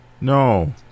No